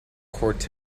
cortes